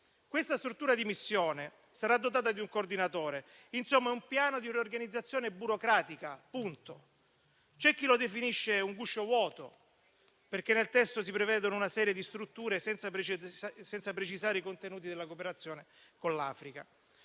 Questa struttura di missione sarà dotata di un coordinatore: insomma, è un piano di riorganizzazione burocratica, punto. C'è chi lo definisce un guscio vuoto, perché nel testo si prevede una serie di strutture, senza precisare i contenuti della cooperazione con l'Africa.